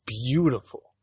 beautiful